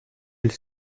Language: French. elle